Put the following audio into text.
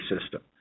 system